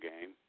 game